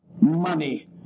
money